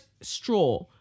straw